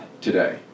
today